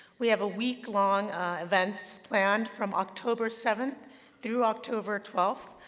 we have a week-long event planned from october seventh through october twelfth.